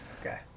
okay